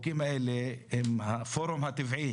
הפורום הטבעי